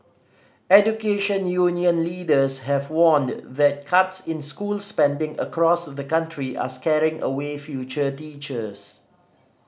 education union leaders have warned that cuts in school spending across the country are scaring away future teachers